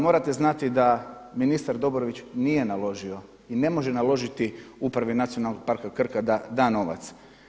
Morate znati da ministar Dobrović nije naložio ne može naložiti upravi Nacionalnog parka Krka da da novac.